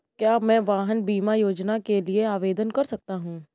क्या मैं वाहन बीमा योजना के लिए आवेदन कर सकता हूँ?